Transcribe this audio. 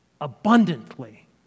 abundantly